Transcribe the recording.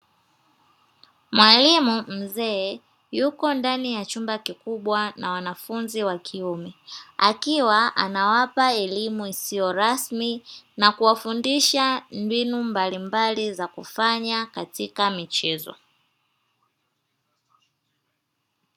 Mwalimu mzee yupo ndani ya chumba kikubwa na wanafunzi wa kiume, akiwa anawapa elimu isiyo rasmi na kuwafundisha mbinu mbali mbali za kufanya katika michezo.